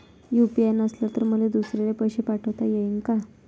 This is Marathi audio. यू.पी.आय नसल तर मले दुसऱ्याले पैसे पाठोता येईन का?